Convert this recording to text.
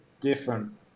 different –